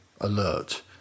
alert